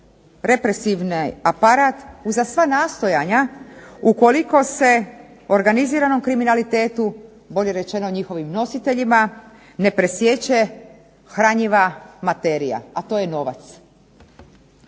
represivni aparat, uza sva nastojanja ukoliko se organiziranom kriminalitetu, bolje rečeno njihovim nositeljima ne presiječe hranjiva materija, a to je novac.